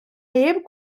neb